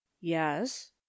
yes